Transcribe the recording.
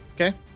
Okay